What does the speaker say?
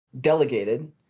delegated